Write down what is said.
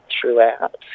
throughout